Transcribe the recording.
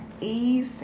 ease